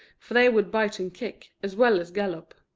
for they would bite and kick, as well as gallop.